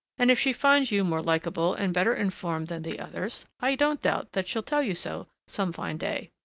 and if she finds you more likeable and better informed than the others, i don't doubt that she'll tell you so some fine day.